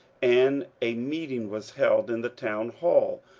and a meeting was held in the town hall,